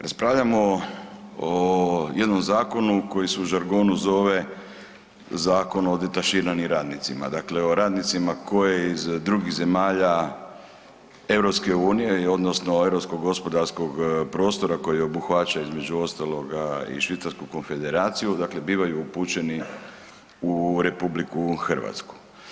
Raspravljamo o jednom zakonu koji se u žargonu zove Zakon o detaširanim radnicima, dakle o radnicima koje iz drugih zemalja EU odnosno Europskog gospodarskog prostora koji obuhvaća između ostaloga i Švicarsku konfederaciju, dakle bivaju upućeni u RH.